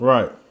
Right